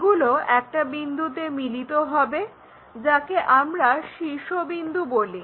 এগুলো একটা বিন্দুতে মিলিত হবে যাকে আমরা শীর্ষবিন্দু বলি